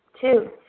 Two